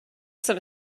some